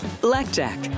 Blackjack